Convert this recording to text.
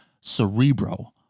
Cerebro